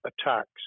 attacks